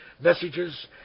messages